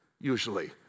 usually